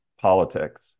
politics